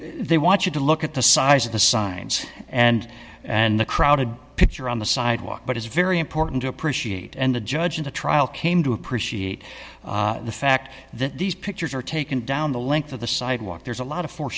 they want you to look at the size of the signs and and the crowded picture on the sidewalk but it's very important to appreciate and the judge in the trial came to appreciate the fact that these pictures are taken down the length of the sidewalk there's a lot of